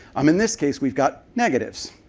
um in this case, we've got negatives.